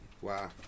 Wow